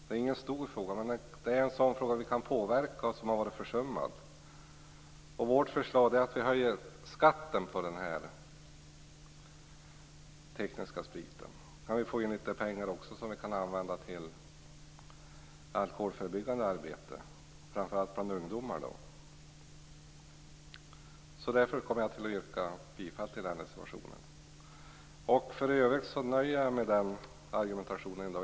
Det är ingen stor fråga, men vi kan påverka den, och den har varit försummad. Vårt förslag är att höja skatten på den tekniska spriten. Då kan vi få in litet pengar som kan användas till alkoholförebyggande arbete, framför allt bland ungdomar. Därför yrkar jag bifall till reservationen. För övrigt nöjer jag mig med den argumentationen.